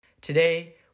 Today